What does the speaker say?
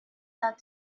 that